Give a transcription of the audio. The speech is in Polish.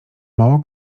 mało